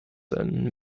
and